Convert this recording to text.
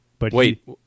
Wait